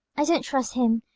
i don't trust him.